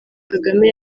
kagame